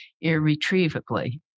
irretrievably